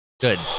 Good